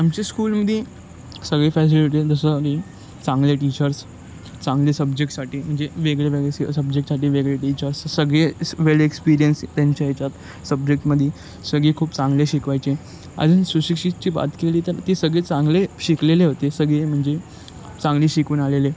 आमच्या स्कूलमध्ये सगळे फॅसिलिटी जसं की चांगले टीचर्स चांगले सब्जेक्टसाठी म्हणजे वेगळे वेगळे स सब्जेक्टसाठी वेगळे टीचर्स सगळे वेळ एक्सपिरियन्स त्यांच्या ह्याच्यात सब्जेक्टमध्ये सगळी खूप चांगले शिकवायचे अजून सुशिक्षितची बात केली तर ती सगळे चांगले शिकलेले होते सगळे म्हणजे चांगले शिकून आलेले